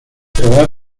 podrá